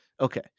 Okay